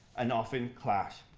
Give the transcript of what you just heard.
and often clash.